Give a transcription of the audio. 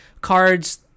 cards